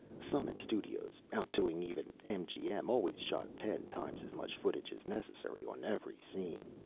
summit studios, outdoing even mgm, always shot ten times as much footage as necessary on every scene.